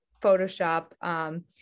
Photoshop